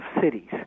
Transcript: cities